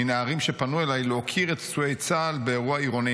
מנערים שפנו אליי להוקיר את פצועי צה"ל באירוע עירוני.